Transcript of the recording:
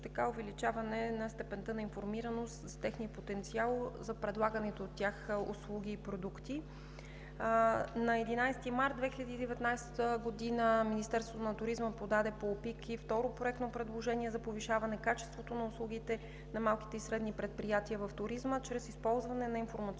така увеличаване на степента на информираност за техния потенциал за предлаганите от тях услуги и продукти. На 11 март 2019 г. Министерството на туризма подаде пулпик и второ проектно предложение за повишаване качеството на услугите на малките и средни предприятия в туризма чрез използване на информационни